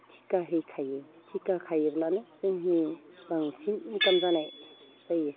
थिखाहै खायो थिखा खायोब्लानो जोंनि बांसिन इन्काम जानाय जायो